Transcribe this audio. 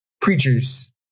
preachers